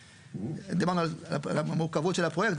דיברנו על המורכבות של הפרויקט,